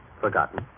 Forgotten